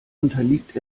unterliegt